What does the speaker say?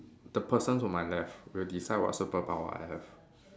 the person to my left will decide what superpower I have